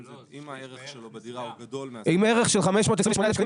אם הערך שלו בדירה הוא גדול מ --- עם ערך של 528,000 שקלים,